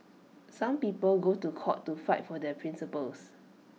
some people go to court to fight for their principles